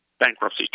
bankruptcy